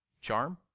Charm